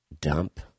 dump